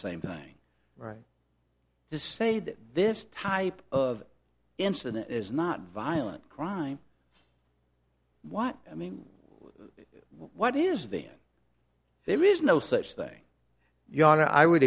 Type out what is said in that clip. same thing right to say that this type of incident is not violent crime what i mean what is the there is no such thing your honor i would